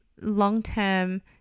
long-term